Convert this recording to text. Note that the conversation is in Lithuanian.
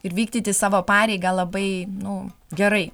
ir vykdyti savo pareigą labai nu gerai